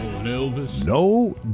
No